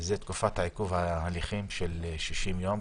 עיכוב ההליכים של 60 יום.